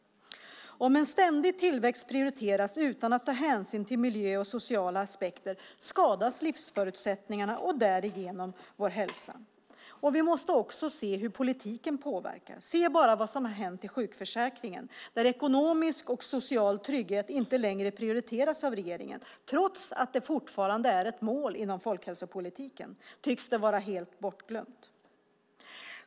Om en ständig tillväxt prioriteras utan att ta hänsyn till miljö och sociala aspekter skadas livsförutsättningarna och därigenom vår hälsa. Vi måste också se hur politiken påverkar. Se bara vad som har hänt i sjukförsäkringen när ekonomisk och social trygghet inte längre prioriteras av regeringen. Trots att den fortfarande är ett mål inom folkhälsopolitiken tycks den vara helt bortglömd.